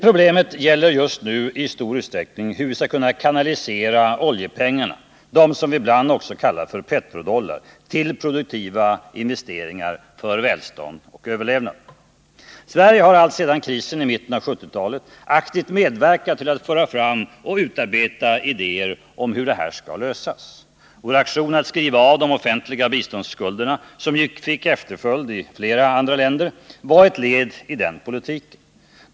Problemet gäller just nu i stor utsträckning hur vi skall kunna kanalisera oljepengarna — som vi ibland också kallar petrodollar — till produktiva investeringar för välstånd och överlevnad. Sverige har alltsedan krisen i mitten av 1970-talet aktivt medverkat till att föra fram och utarbeta idéer om hur det här skall lösas. Vår aktion att skriva av de offentliga biståndsskulderna — som ju fick efterföljd i flera länder — var ett led i den politiken.